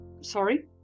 sorry